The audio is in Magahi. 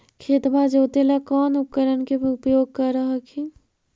खेतबा जोते ला कौन उपकरण के उपयोग कर हखिन?